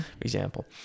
Example